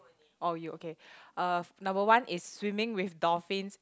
oh you okay uh number one is swimming with dolphins